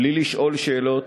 בלי לשאול שאלות.